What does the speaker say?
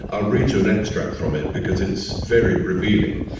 i'll read you an extract from it, because it's very revealing.